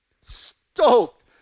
stoked